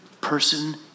person